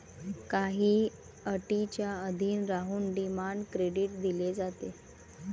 काही अटींच्या अधीन राहून डिमांड क्रेडिट दिले जाते